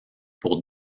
pour